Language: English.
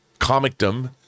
comicdom